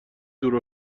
دور